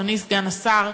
אדוני סגן השר,